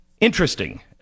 interesting